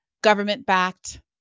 Government-backed